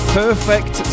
perfect